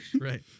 Right